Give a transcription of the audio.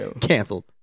canceled